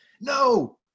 No